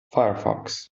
firefox